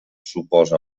suposa